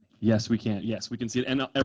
yes, we can. yes, we can see it. and